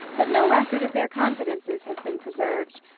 but no record of their confidences has been preserved.